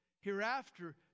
Hereafter